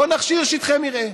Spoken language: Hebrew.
בואו נכשיר שטחי מרעה.